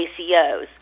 ACOs